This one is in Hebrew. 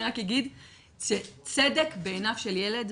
אני רק אגיד שצדק בעיניו של ילד,